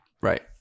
Right